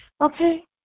Okay